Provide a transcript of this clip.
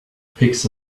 pigs